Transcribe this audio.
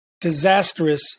disastrous